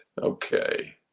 Okay